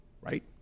right